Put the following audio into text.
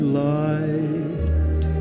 light